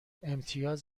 امتیاز